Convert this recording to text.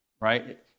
right